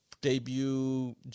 debut